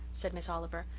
said miss oliver.